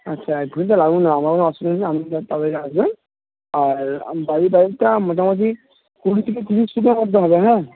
আচ্ছা এক ঘন্টা লাগুক না আমার কোনো অসুবিধা নেই আপনি তাড়াতাড়ি আসবেন আর আমার বাড়ির পাইপটা মোটামুটি কুড়ি থেকে তিরিশ ফুটের মধ্যে হবে হ্যাঁ